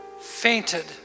fainted